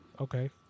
Okay